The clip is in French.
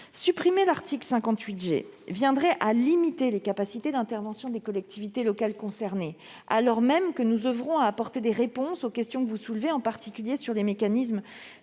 Supprimer l'article 58 G reviendrait à limiter les capacités d'intervention des collectivités locales concernées, alors même que nous oeuvrons à apporter des réponses aux questions que vous soulevez, en particulier sur les mécanismes